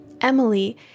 Emily